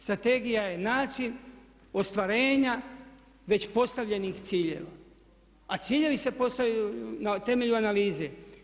Strategija je način ostvarenja već postavljenih ciljeva, a ciljevi se postavljaju na temelju analize.